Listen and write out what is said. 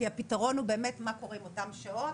כי הפתרון הוא באמת מה קורה עם אותן שעות